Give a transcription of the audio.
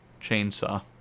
chainsaw